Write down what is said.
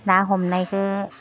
ना हमनायखो